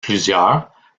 plusieurs